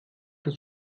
der